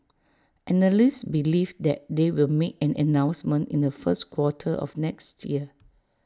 analysts believe that they will make an announcement in the first quarter of next year